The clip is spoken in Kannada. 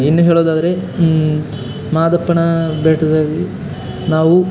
ಇನ್ನೂ ಹೇಳೋದಾದರೆ ಮಾದಪ್ಪನ ಬೆಟ್ಟದಲ್ಲಿ ನಾವು